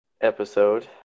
episode